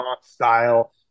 style